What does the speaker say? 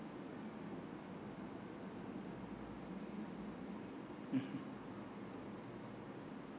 mmhmm